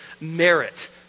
merit